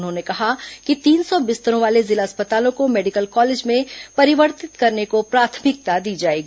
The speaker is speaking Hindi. उन्होंने कहा कि तीन सौ बिस्तरों वाले जिला अस्पतालों को मेडिकल कॉलेज में परिवर्तित करने को प्राथमिकता दी जाएगी